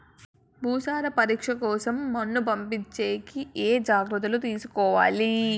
భూసార పరీక్ష కోసం మన్ను పంపించేకి ఏమి జాగ్రత్తలు తీసుకోవాలి?